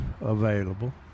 available